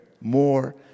more